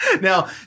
now